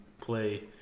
play